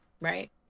Right